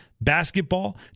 basketball